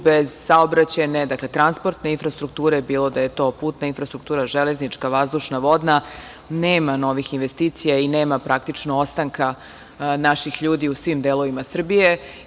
Bez saobraćajne, dakle, transportne infrastrukture bilo da je to putna infrastruktura, železnička, vazdušna, vodna nema novih investicija i nema praktično ostanka naših ljudi u svim delovima Srbije.